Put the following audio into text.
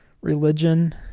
religion